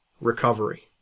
recovery